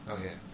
Okay